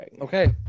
Okay